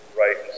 right